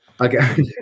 Okay